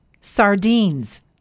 sardines